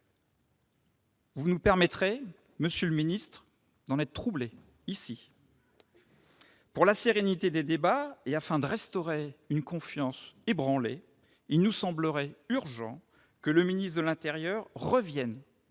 Vous nous permettrez, monsieur le ministre, d'en être troublés. Pour la sérénité des débats, et afin de restaurer une confiance ébranlée, il nous semble urgent que le ministre de l'intérieur revienne